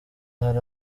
hari